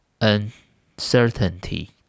uncertainty